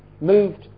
moved